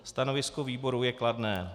Stanovisko výboru je kladné.